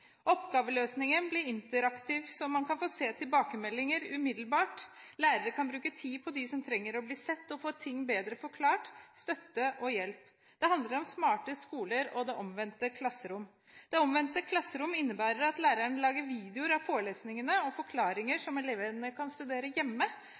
Oppgaveløsningen blir interaktiv, slik at man kan se tilbakemeldinger umiddelbart. Lærere kan bruke tid på dem som trenger å bli sett, få ting bedre forklart, få støtte og hjelp. Det handler om smarte skoler og Det omvendte klasserom. Det omvendte klasserom innebærer at læreren lager videoer av forelesningene og forklaringer